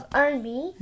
army